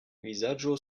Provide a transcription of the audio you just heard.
vizaĝo